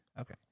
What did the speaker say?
Okay